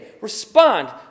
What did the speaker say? respond